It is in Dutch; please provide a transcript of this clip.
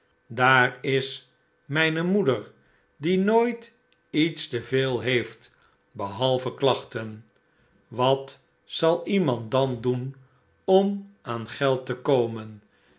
daar is mijne moeder die nooit iets te veel heeft behalve klachten wat zal iemand dan doen om aan geld te komen